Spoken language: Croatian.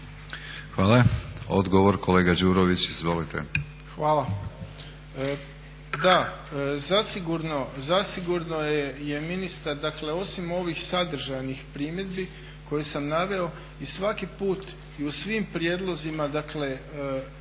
Hvala. Odgovor kolega Đurović, izvolite. **Đurović, Dražen (HDSSB)** Hvala. Da, zasigurno je ministar, dakle osim ovih sadržanih primjedbi koje sam naveo i svaki put i u svim prijedlozima,